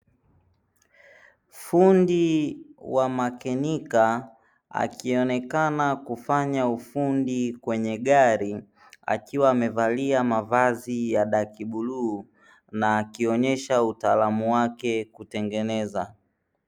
Fundi wa makenika akionekana kufanya ufundi kwenye gari, akiwa amevalia mavazi ya daki bluu na akionyesha utalamu wake kutengeneza.